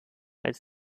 als